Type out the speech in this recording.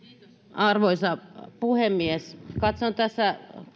arvoisa puhemies katson tässä